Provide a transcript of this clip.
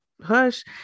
hush